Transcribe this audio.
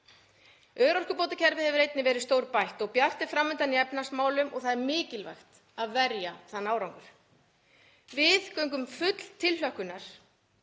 Örorkubótakerfið hefur einnig verið stórbætt og bjart er fram undan í efnahagsmálum og það er mikilvægt að verja þann árangur. Við göngum full tilhlökkunar